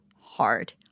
hard